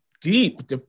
deep